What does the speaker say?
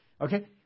Okay